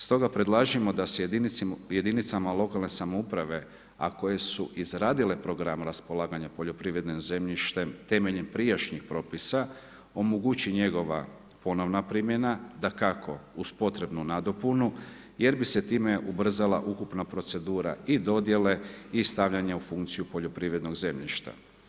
Stoga predlažemo da se jedinicama lokalne samouprave, a koje su izradile program raspolaganja poljoprivrednim zemljištem temeljem prijašnjih propisa omogući njegova ponovna primjena dakako uz potrebnu nadopunu jer bi se time ubrzala ukupna procedura i dodjele i stavljanja u funkciju poljoprivrednog zemljišta.